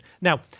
Now